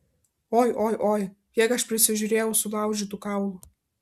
oi oi oi kiek aš prisižiūrėjau sulaužytų kaulų